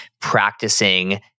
practicing